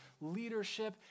leadership